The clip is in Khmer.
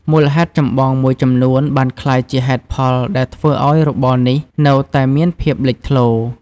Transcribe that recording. មូលហេតុចម្បងមួយចំនួនបានក្លាយជាហេតុផលដែលធ្វើឱ្យរបរនេះនៅតែមានភាពលេចធ្លោ។